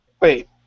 Wait